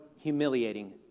humiliating